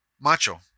Macho